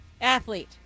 athlete